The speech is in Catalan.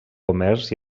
comerç